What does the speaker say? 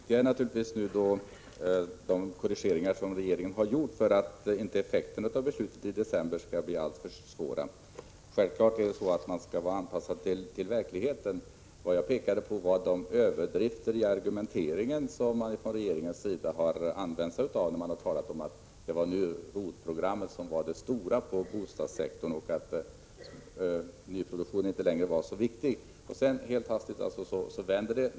Herr talman! Det viktiga är naturligtvis de korrigeringar som regeringen har gjort för att effekterna av beslutet i december inte skall bli alltför svåra. Självfallet skall man anpassa sig till verkligheten. Vad jag pekade på var de överdrifter i argumenteringen som man från regeringens sida har använt sig av när man talade om att det var ROT-programmet som var det stora inom bostadssektorn och att nyproduktion inte längre var så viktig. Men sedan vänder det alltså helt hastigt.